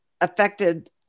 affected